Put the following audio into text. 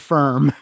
Firm